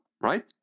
right